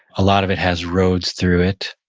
a lot of it has roads through it.